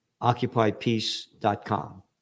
OccupyPeace.com